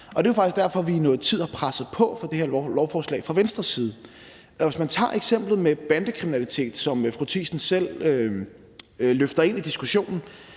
side i noget tid har presset på for det her lovforslag. Hvis man tager eksemplet med bandekriminalitet, som fru Mette Thiesen selv løfter ind i diskussionen,